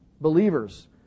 believers